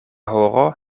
horo